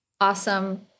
Awesome